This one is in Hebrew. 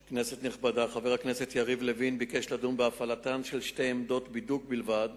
חבר הכנסת יריב לוין שאל את השר לביטחון